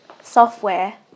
software